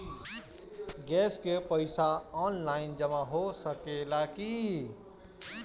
Gas के पइसा online जमा हो सकेला की?